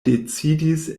decidis